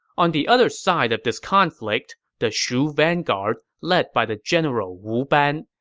on the other side of this conflict, the shu vanguard, led by the general wu ban,